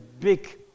big